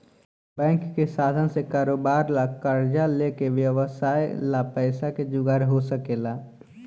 bank के साधन से कारोबार ला कर्जा लेके व्यवसाय ला पैसा के जुगार हो सकेला